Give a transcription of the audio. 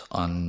on